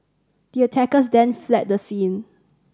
the attackers then fled the scene